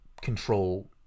control